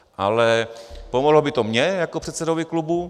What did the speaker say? Ale pomohlo by to mně jako předsedovi klubu.